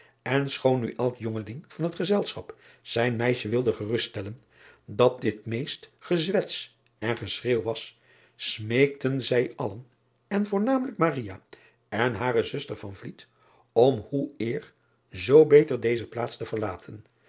en schoon nu elk jongeling van het gezelschap zijn meisje wilde geruststellen dat dit meest gezwets en geschreeuw was smeekten zij allen en voornamelijk en hare zuster om hoe eer zoo beter deze plaats te verlaten